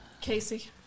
Casey